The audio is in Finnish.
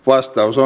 vastaus on